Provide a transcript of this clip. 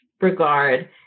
regard